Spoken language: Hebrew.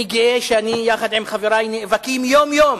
אני גאה שיחד עם חברי אנחנו נאבקים יום-יום